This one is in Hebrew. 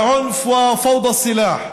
(אומר בערבית: האלימות והכאוס של הנשק.)